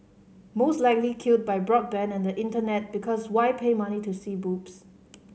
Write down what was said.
most likely killed by broadband and the Internet because why pay money to see boobs